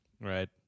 Right